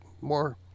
more